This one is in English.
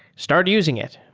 start using it.